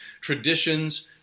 traditions